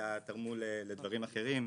אלא תרמו לדברים אחרים,